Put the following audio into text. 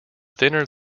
thinner